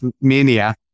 mania